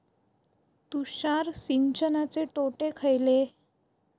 तुषार सिंचनाचे तोटे खयले?